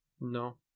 No